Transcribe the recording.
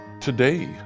today